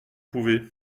pouvez